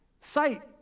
sight